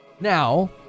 Now